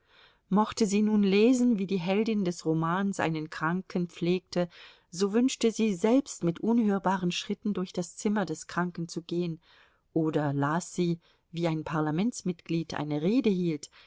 mochte sie nun lesen wie die heldin des romans einen kranken pflegte so wünschte sie selbst mit unhörbaren schritten durch das zimmer des kranken zu gehen oder las sie wie ein parlamentsmitglied eine rede hielt